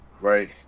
right